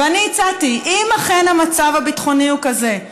ואני הצעתי שאם אכן המצב הביטחוני הוא כזה,